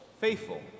faithful